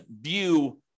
view